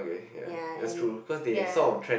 ya and the